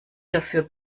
dafür